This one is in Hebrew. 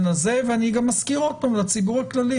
הזה ואני גם מזכיר עוד פעם לציבור הכללי,